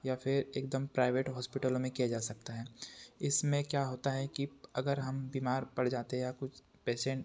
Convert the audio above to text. या फिर एकदम प्राइवेट हॉस्पिटलों में किया जा सकता है इसमें क्या होता है कि अगर हम बीमार पड़ जाते हैं या कुछ पेशेंट